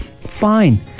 fine